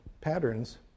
patterns